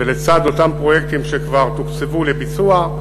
ולצד אותם פרויקטים שכבר תוקצבו לביצוע,